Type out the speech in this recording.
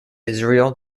israel